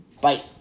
Bye